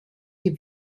die